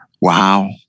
Wow